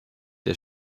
der